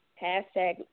Hashtag